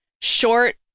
short